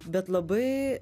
bet labai